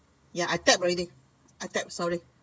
ya I tap already I tap sorry